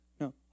No